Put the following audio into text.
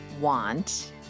want